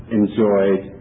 enjoyed